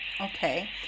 Okay